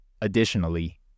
Additionally